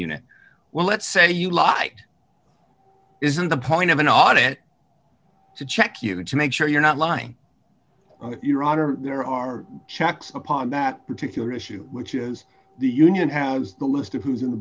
unit well let's say you lie isn't the point of an audit to check you to make sure you're not lying your honor there are checks upon that particular issue which is the union has the list of who's in the